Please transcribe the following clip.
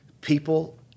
people